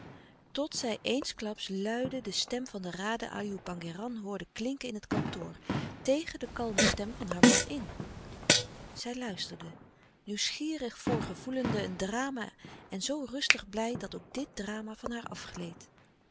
tot zij eensklaps luide de stem van de raden ajoe pangéran hoorde klinken in het kantoor tegen de kalme stem van haar man in zij luisterde nieuwsgierig voorgevoelende een drama en zoo rustig blij dat ook dit drama van haar afgleed